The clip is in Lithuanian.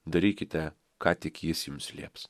darykite ką tik jis jums lieps